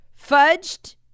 Fudged